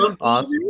awesome